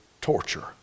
torture